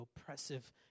oppressive